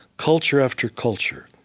culture after culture,